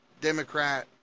Democrat